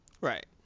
right